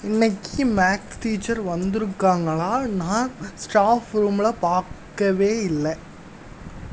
இன்றைக்கி maths teacher வந்திருக்காங்களா நான் ஸ்டாஃப் ரூமில் பார்க்கவே இல்லை